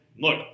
look